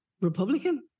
Republican